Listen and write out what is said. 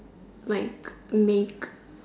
like meek